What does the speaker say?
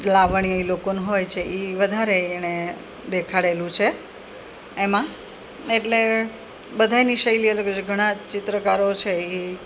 લાવણીઓ એ લોકોને હોય છે એ વધારે એણે દેખાડેલું છે એમાં એટલે બધાયની શૈલી અલગ જ હોય છે ઘણા ચિત્રકારો છે એ